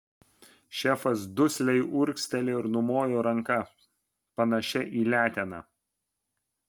šefas dusliai urgztelėjo ir numojo ranka panašia į leteną